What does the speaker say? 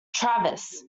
travis